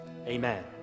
Amen